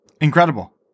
Incredible